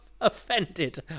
offended